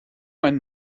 einen